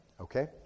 Okay